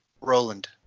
Roland